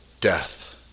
death